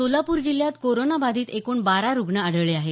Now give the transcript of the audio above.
सोलापूर जिल्ह्यात कोरोना बाधित एकूण बारा रुग्ण आढळले आहेत